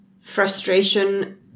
frustration